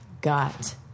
got